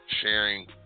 sharing